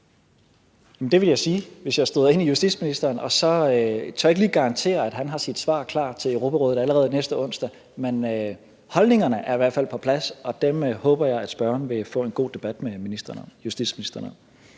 Det vil jeg da sige, hvis jeg støder ind i justitsministeren. Jeg tør ikke lige garantere, at han har sit svar klar til Europarådet allerede næste onsdag. Men holdningerne er i hvert fald på plads, og dem håber jeg at spørgeren vil få en god debat med justitsministeren om.